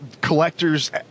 collectors